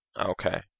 Okay